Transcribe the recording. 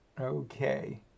Okay